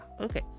Okay